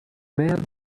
man